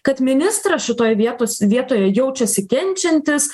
kad ministras šitoj vietos vietoje jaučiasi kenčiantis